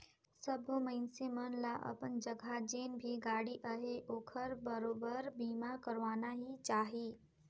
सबो मइनसे मन ल अपन जघा जेन भी गाड़ी अहे ओखर बरोबर बीमा करवाना ही चाही